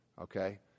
okay